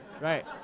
right